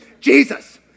Jesus